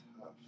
tough